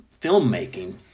filmmaking